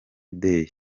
day